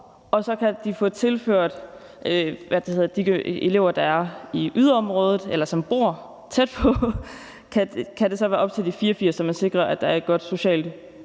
og så kan de få tilført de elever, der er i yderområdet, eller som bor tæt på, og det kan så være op til de 84, så man sikrer, at der er et godt socialt